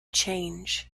change